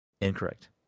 Incorrect